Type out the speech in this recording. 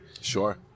Sure